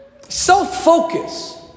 Self-focus